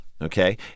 Okay